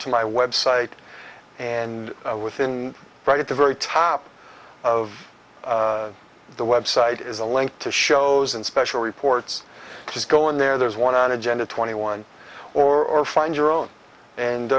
to my website and within right at the very top of the website is a link to shows and special reports just go in there there's one on agenda twenty one or find your own